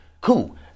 Cool